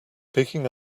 picking